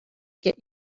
get